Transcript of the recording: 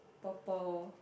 purple